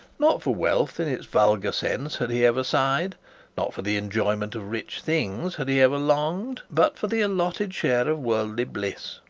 not for wealth, in its vulgar sense, had he ever sighed not for the enjoyment of rich things had he ever longed but for the allotted share of worldly bliss,